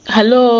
Hello